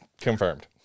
Confirmed